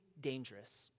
dangerous